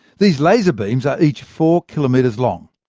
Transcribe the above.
these laser beams are each four kilometres long.